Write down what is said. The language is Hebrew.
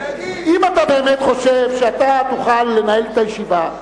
אם אתה באמת חושב שאתה תוכל לנהל את הישיבה,